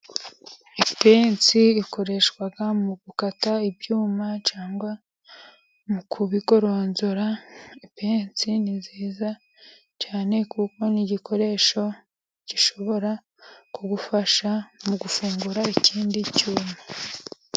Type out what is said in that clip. Ipensi ikoreshwa mu gukata ibyuma cyangwa mu kubikoronzora. Ipensi ni nziza cyane kuko ni igikoresho gishobora kugufasha mu gufungura ikindi cyuma.